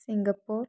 Singapore